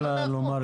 בדיחה מהחוק.